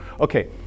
Okay